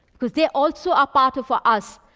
because they are also a part of ah us.